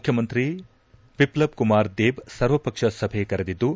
ಮುಖ್ಯಮಂತ್ರಿ ಬಿಫ಼ಬ್ ಕುಮಾರ್ ದೇಬ್ ಸರ್ವಪಕ್ಷ ಸಭೆ ಕರೆದಿದ್ದು